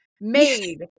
made